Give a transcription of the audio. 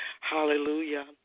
Hallelujah